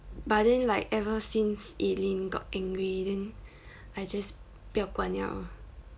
but then like every since eileen got angry then I just 不要管 liao ah